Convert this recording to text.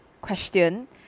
question